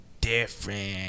different